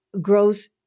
grows